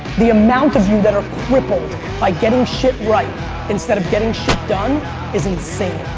the amount of you that are crippled by getting shit right instead of getting shit done is insane.